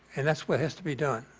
and that's what has to be done.